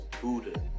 Buddha